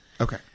Okay